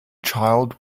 child